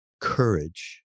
courage